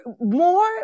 more